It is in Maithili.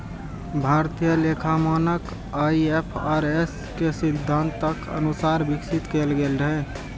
भारतीय लेखा मानक आई.एफ.आर.एस के सिद्धांतक अनुसार विकसित कैल गेल रहै